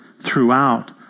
throughout